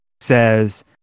says